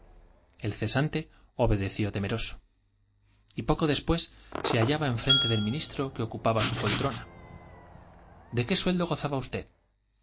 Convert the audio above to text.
el cesante obedeció temeroso y poco después se hallaba en frente del ministro que ocupaba su pol trona de qué sueldo gozaba usted